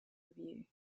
review